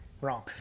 wrong